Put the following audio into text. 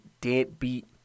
Deadbeat